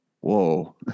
Whoa